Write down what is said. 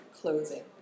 closing